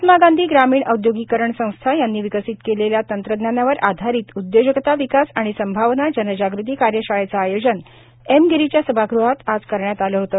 महात्मा गांधी ग्रामीण औद्योगिकरण संस्था यांनी विकसित केलेल्या तंत्रज्ञानावर आधारित उद्योजकता विकास आणि संभावना जनजागृती कार्यशाळेचे आयोजन एमगिरीच्या सभागृहात आज करण्यात आले होते